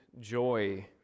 joy